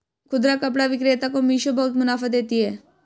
खुदरा कपड़ा विक्रेता को मिशो बहुत मुनाफा देती है